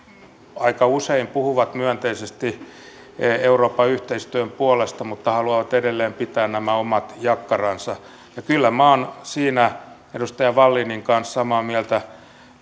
aika usein puhuvat myönteisesti euroopan yhteistyön puolesta mutta haluavat edelleen pitää nämä omat jakkaransa ja kyllä minä olen siinä edustaja wallinin kanssa samaa mieltä